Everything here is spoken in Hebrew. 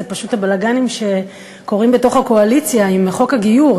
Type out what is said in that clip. זה פשוט הבלגנים שקורים בתוך הקואליציה עם חוק הגיור.